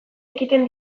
ekiten